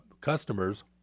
customers